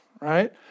right